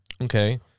Okay